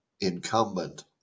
incumbent